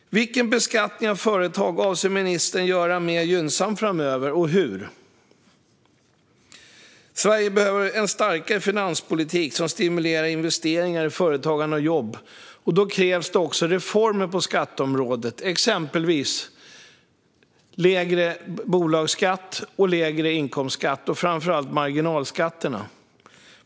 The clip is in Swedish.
Vilken beskattning av företag avser ministern att göra mer gynnsam framöver och hur? Sverige behöver en starkare finanspolitik som stimulerar investeringar i företagande och jobb. Då krävs det också reformer på skatteområdet, exempelvis lägre bolagsskatt, lägre inkomstskatt och framför allt lägre marginalskatter.